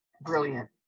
brilliant